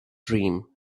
dream